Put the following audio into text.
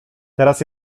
teraz